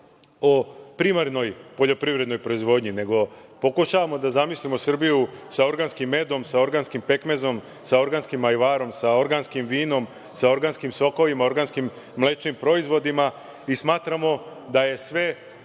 o primarnoj poljoprivrednoj proizvodnji, nego pokušavamo da zamislimo Srbiju sa organskim medom, sa organskim pekmezom, sa organskim ajvarom, sa organskim vinom, sa organskim sokovima, sa organskim mlečnim proizvodima. Smatramo da je sve